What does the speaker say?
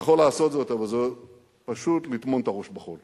יכול לעשות זאת, אבל זה פשוט לטמון את הראש בחול.